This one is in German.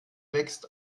wächst